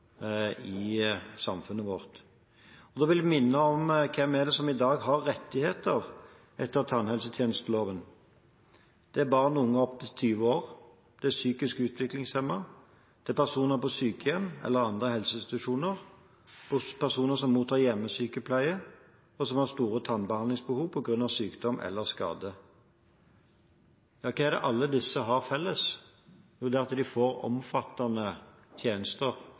i samfunnet vårt. Så vil jeg minne om hvem det er som i dag har rettigheter etter tannhelsetjenesteloven. Det er barn og unge opp til 20 år, det er psykisk utviklingshemmede, det er personer på sykehjem eller i andre helseinstitusjoner, det er personer som mottar hjemmesykepleie og som har store tannbehandlingsbehov på grunn av sykdom eller skade. Hva er det alle disse har til felles? Jo, det er at de får omfattende tjenester